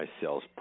sales